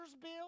bill